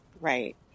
Right